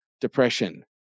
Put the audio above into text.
depression